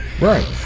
Right